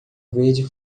verde